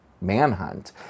Manhunt